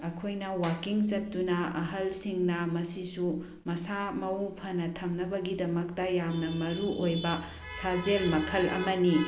ꯑꯩꯈꯣꯏꯅ ꯋꯥꯛꯀꯤꯡ ꯆꯠꯇꯨꯅ ꯑꯍꯜꯁꯤꯡꯅ ꯃꯁꯤꯁꯨ ꯃꯁꯥ ꯃꯎ ꯐꯅ ꯊꯝꯅꯕꯒꯤꯗꯃꯛꯇ ꯌꯥꯝꯅ ꯃꯔꯨꯑꯣꯏꯕ ꯁꯥꯖꯦꯜ ꯃꯈꯜ ꯑꯃꯅꯤ